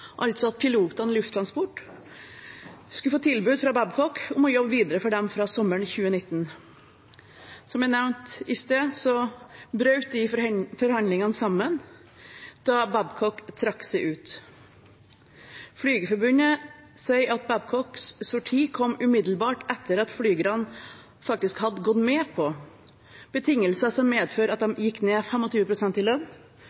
altså at pilotene i Lufttransport skulle få tilbud fra Babcock om å jobbe videre for dem fra sommeren 2019. Som jeg nevnte i sted, brøt forhandlingene sammen da Babcock trakk seg ut. Flygerforbundet sier at Babcocks sorti kom umiddelbart etter at flygerne faktisk hadde gått med på betingelser som medførte at de gikk ned 25 pst. i lønn,